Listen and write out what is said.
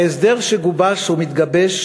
ההסדר שגובש ומתגבש,